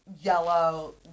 yellow